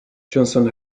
johnson